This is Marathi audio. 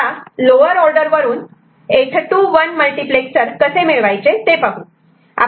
आता लोअर ऑर्डर वरून 8 to 1 मल्टिप्लेक्सर कसे मिळवायचे ते पाहू